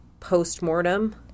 post-mortem